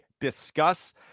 discuss